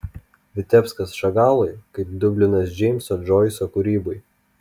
vitebskas šagalui kaip dublinas džeimso džoiso kūrybai